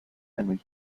henry